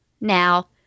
Now